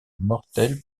mortel